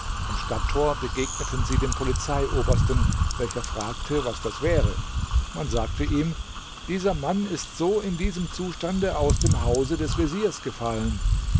am stadttor begegneten sie dem polizeiobersten welcher fragte was das wäre man sagte ihm dieser mann ist so in diesem zustande aus dem hause des veziers gefallen